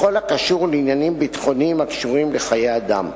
בכל הקשור לעניינים ביטחוניים הקשורים לחיי אדם.